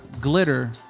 Glitter